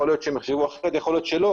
יכול להיות שהם יחשבו אחרת ויכול להיות שלא,